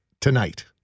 tonight